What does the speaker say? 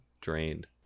Drained